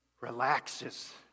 relaxes